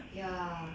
ya